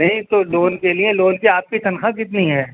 نہیں تو لون کے لیے لون کی آپ کی تنخواہ کتنی ہے